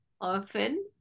often